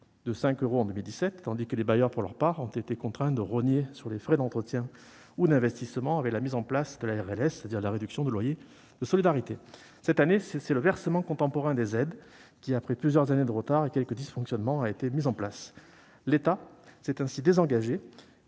de 5 euros en 2017, tandis que les bailleurs ont, pour leur part, été contraints de rogner sur les frais d'entretien ou d'investissement du fait de la mise en place de la réduction de loyer de solidarité (RLS). Cette année, c'est le versement contemporain des aides qui, après plusieurs années de retard et quelques dysfonctionnements, a été mis en place. L'État s'est ainsi désengagé